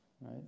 right